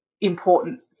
important